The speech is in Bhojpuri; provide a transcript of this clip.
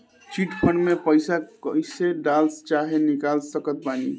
चिट फंड मे पईसा कईसे डाल चाहे निकाल सकत बानी?